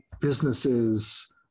businesses